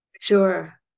Sure